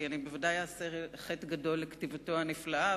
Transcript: כי אני ודאי אעשה חטא גדול לכתיבתו הנפלאה,